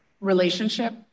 relationship